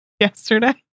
yesterday